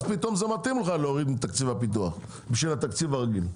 אז פתאום מתאים לך להוריד את תקציב הפיתוח בשביל התקציב הרגיל.